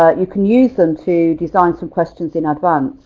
ah you can use them to design some questions in advance.